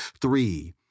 three